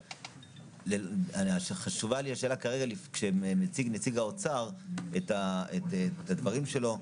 אבל חשובה לי השאלה כרגע כשמציג נציג האוצר את הדברים שלו.